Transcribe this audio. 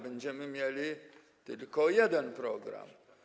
Będziemy mieli tylko jeden program.